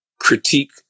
critique